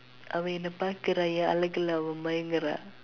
அவ என்னே பாக்குற என் அழகுல அவ மயங்குறா:ava ennee paakkuraa en azhagula ava mayangkuraa